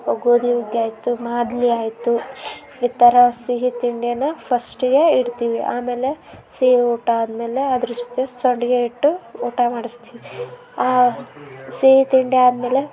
ಗೋಧಿ ಹುಗ್ಗಿ ಆಯಿತು ಮಾದ್ಲಿ ಆಯಿತು ಈ ಥರ ಸಿಹಿ ತಿಂಡಿನಾ ಫಸ್ಟಿಗೆ ಇಡ್ತೀವಿ ಆಮೇಲೆ ಸಿಹಿ ಊಟ ಆದಮೇಲೆ ಅದ್ರ ಜೊತೆ ಸಂಡಿಗೆ ಇಟ್ಟು ಊಟ ಮಾಡಿಸ್ತೀವಿ ಆ ಸಿಹಿ ತಿಂಡಿ ಆದಮೇಲೆ